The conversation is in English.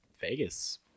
Vegas